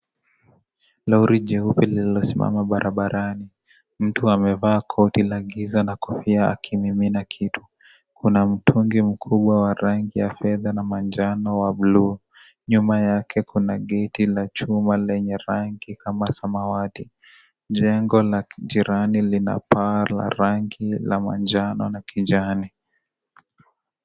Lori jeupe lilosimama barabarani, mtu amevaa koti la giza na kofia akimimina kitu kuna mtungi mkubwa wa rangi ya fedha na manjano wa buluu nyuma yake kuna geti la chuma lenye rangi kama samawati, jengo la kijirani lina paa la rangi la manjano na kijani.